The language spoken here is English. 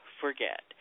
forget